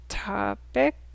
topic